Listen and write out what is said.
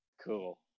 Cool